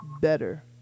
better